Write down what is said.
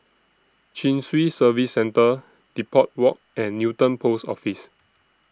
Chin Swee Service Centre Depot Walk and Newton Post Office